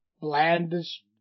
blandish